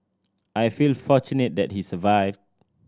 I feel fortunate that he survived